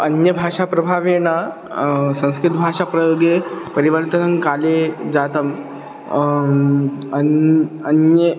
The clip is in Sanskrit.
अन्यभाषाप्रभावेण संस्कृतभाषाप्रयोगे परिवर्तनं काले जातम् अन्ये अन्ये